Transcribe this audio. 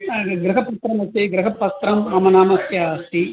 गृहपत्रमस्ति गृहपत्रं मम नामस्य अस्ति